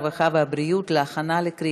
הרווחה והבריאות נתקבלה.